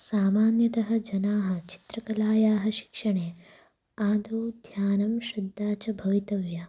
सामान्यतः जनाः चित्रकलायाः शिक्षणे आदौ ध्यानं श्रद्धा च भवितव्या